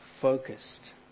focused